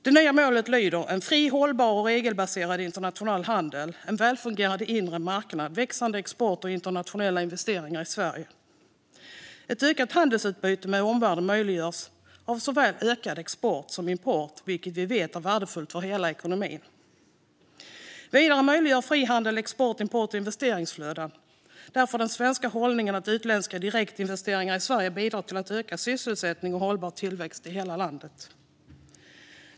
Det nya målet är en fri, hållbar och regelbaserad internationell handel, en välfungerande inre marknad, växande export och internationella investeringar i Sverige. Ett ökat handelsutbyte med omvärlden möjliggörs av ökad export och import, vilket vi vet är värdefullt för hela ekonomin. Vidare möjliggör frihandel export, import och investeringsflöden. Därför är den svenska hållningen att utländska direktinvesteringar i Sverige bidrar till ökad sysselsättning och hållbar tillväxt i hela landet.